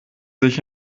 sich